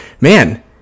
man